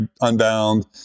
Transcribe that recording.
Unbound